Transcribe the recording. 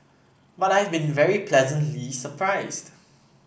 but I've been very pleasantly surprised